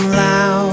loud